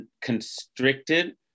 constricted